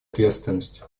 ответственность